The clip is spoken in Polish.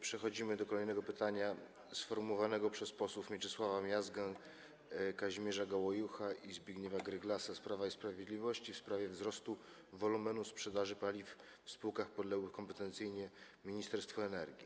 Przechodzimy do kolejnego pytania sformułowanego, przez posłów Mieczysława Miazgę, Kazimierza Gołojucha i Zbigniewa Gryglasa z Prawa i Sprawiedliwości, w sprawie wzrostu wolumenu sprzedaży paliw w spółkach podległych kompetencyjnie Ministerstwu Energii.